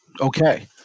Okay